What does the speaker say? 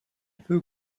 peut